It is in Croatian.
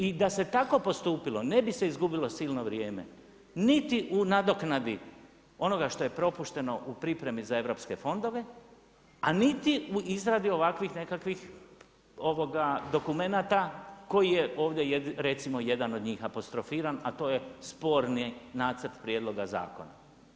I da se tako postupilo, ne bi se izgubilo silno vrijeme niti u nadoknadi onoga što je propušteno u pripremi za europske fondove a niti u izradi ovakvih nekakvih dokumenata koji je ovdje jedan od njih apostrofiran a to je sporni nacrt prijedloga zakona.